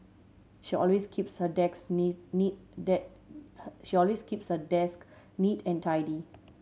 she always keeps her desk neat neat she always keeps her desk neat and tidy